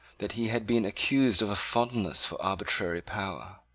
that he had been accused of a fondness for arbitrary power.